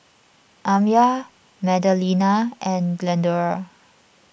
Amya Magdalena and Glendora